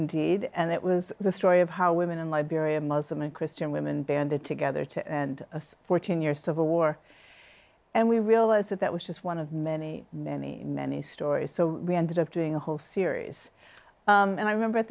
indeed and it was the story of how women in liberia muslim and christian women banded together to end of fourteen year civil war and we realized that that was just one of many many many stories so we ended up doing a whole series and i remember at